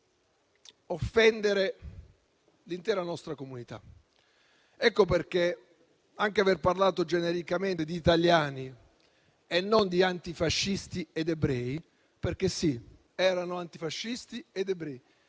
offendere la nostra intera comunità. Ecco perché anche aver parlato genericamente di italiani e non di antifascisti ed ebrei, perché, sì, erano antifascisti ed ebrei...